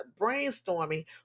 brainstorming